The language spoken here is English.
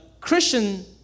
Christian